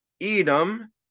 Edom